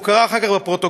או קרא אחר כך בפרוטוקול,